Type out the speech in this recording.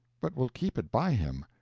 but will keep it by him,